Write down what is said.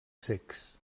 cecs